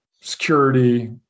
security